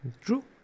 True